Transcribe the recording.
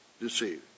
deceived